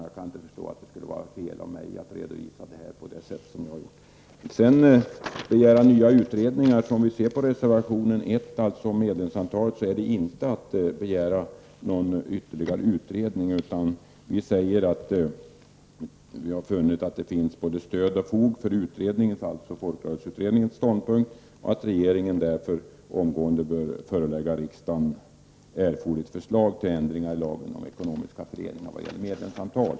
Jag kan därför inte förstå att det är fel av mig att redovisa saken på det sätt som jag har gjort. I reservation I om medlemsantalet är det inte fråga om att begära en ny utredning. Vi säger att vi har funnit att det finns stöd och fog för folkrörelseutredningens ståndpunkt och att regeringen därför omgående bör förelägga riksdagen erforderligt förslag till ändringar i lagen om ekonomiska föreningar vad gäller medlemsantal.